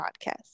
podcast